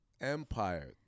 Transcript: Empire